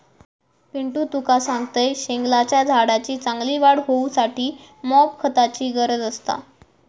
पिंटू तुका सांगतंय, शेगलाच्या झाडाची चांगली वाढ होऊसाठी मॉप खताची गरज असता